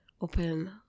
open